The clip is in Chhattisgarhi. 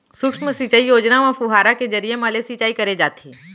सुक्ष्म सिंचई योजना म फुहारा के जरिए म ले सिंचई करे जाथे